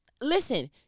Listen